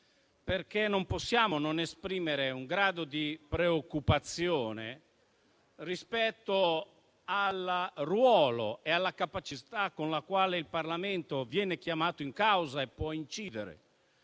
perché non possiamo non esprimere un grado di preoccupazione rispetto al ruolo e alla capacità con la quale il Parlamento viene chiamato in causa e può incidere.